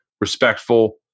respectful